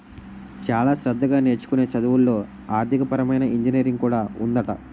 చాలా శ్రద్ధగా నేర్చుకునే చదువుల్లో ఆర్థికపరమైన ఇంజనీరింగ్ కూడా ఉందట